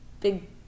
big